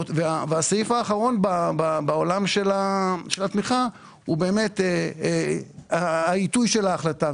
הסעיף האחרון בעולם של התמיכה הוא באמת העיתוי של ההחלטה.